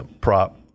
prop